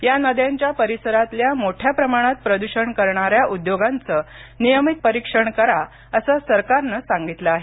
या नद्यांच्या परिसरातल्या मोठ्या प्रमाणात प्रदूषण करणाऱ्या उद्योगांचं नियमित परीक्षण करा असं सरकारनं सांगितलं आहे